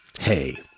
Hey